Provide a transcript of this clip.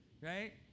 right